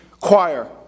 choir